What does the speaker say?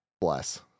bless